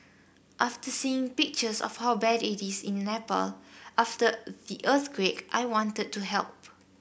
after seeing pictures of how bad it is in Nepal after the earthquake I wanted to help